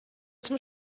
zum